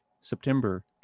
September